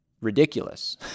ridiculous